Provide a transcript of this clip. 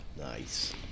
Nice